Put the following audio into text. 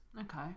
Okay